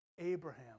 Abraham